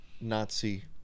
Nazi